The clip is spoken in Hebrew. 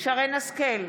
שרן מרים השכל,